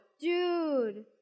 dude